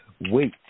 wait